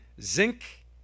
zinc